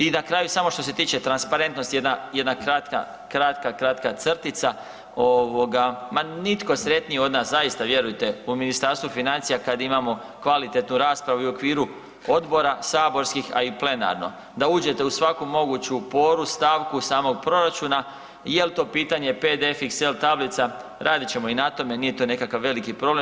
I na kraju samo što se tiče transparentnosti, jedna kratka, kratka, kratka crtica, ovoga ma nitko sretniji od nas zaista vjerujte u Ministarstvu financija kad imamo kvalitetnu raspravu i u okviru odbora saborskih, a i plenarno, da uđete u svaku moguću poru, stavku samog proračuna, jel to pitanje PDF, Exel tablica radit ćemo i na tome nije to nekakav veliki problem.